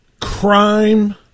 Crime